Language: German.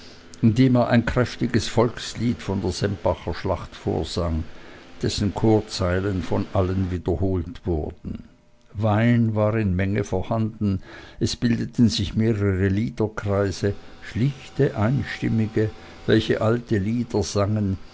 indem er ein kräftiges volkslied von der sempacherschlacht vorsang dessen chorzeilen von allen wiederholt wurden wein war in menge vorhanden es bildeten sich mehrere liederkreise schlichte einstimmige welche alte lieder sangen